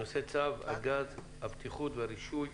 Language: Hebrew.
הנושא: צו הגז (בטיחות ורישוי)